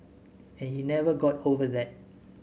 and he never got over that